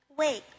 Wait